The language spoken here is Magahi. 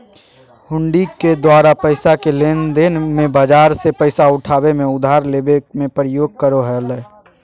हुंडी के द्वारा पैसा के लेनदेन मे, बाजार से पैसा उठाबे मे, उधार लेबे मे प्रयोग करो हलय